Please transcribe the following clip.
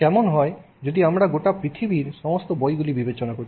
কেমন হয় যদি আমরা গোটা পৃথিবীর সমস্ত বইগুলি বিবেচনা করি